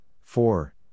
four